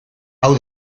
hau